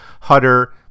Hutter